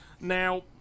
Now